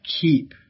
keep